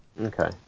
Okay